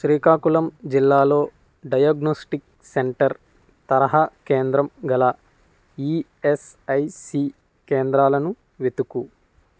శ్రీకాకుళం జిల్లాలో diagnostic centre తరహా కేంద్రం గల ఈయస్ఐసి కేంద్రాలను వెతుకు